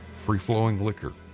free-flowing liquor,